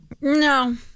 No